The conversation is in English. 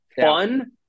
Fun